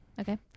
Okay